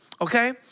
Okay